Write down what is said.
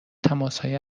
تماسهایی